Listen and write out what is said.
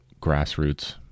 grassroots